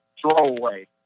throwaway